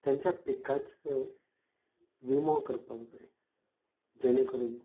तांच्या पिकाचोय विमो करपाक जाय जेणे करून